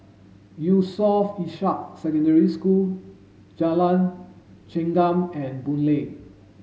Yusof Ishak Secondary School Jalan Chengam and Boon Lay